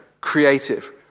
creative